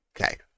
Okay